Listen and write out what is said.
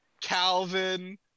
Calvin